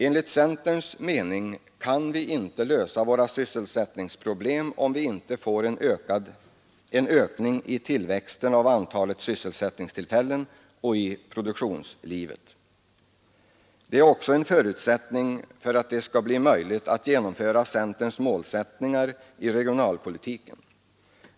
Enligt centerns mening kan vi inte lösa våra sysselsättningsproblem om vi inte får en ökning i tillväxten av antalet sysselsättningstillfällen och tillväxt i produktionslivet. Detta är också en förutsättning för att det skall vara möjligt att genomföra centerns målsättning i regionalpolitiken.